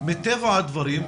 מטבע הדברים,